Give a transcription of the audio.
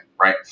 right